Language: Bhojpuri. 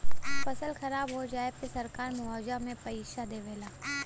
फसल खराब हो जाये पे सरकार मुआवजा में पईसा देवे ला